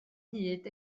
hyd